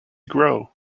grow